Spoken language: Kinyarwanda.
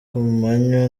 kumanywa